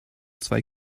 zwei